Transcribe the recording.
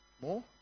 More